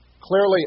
clearly